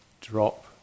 drop